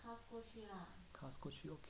cast 过去 okay